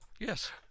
yes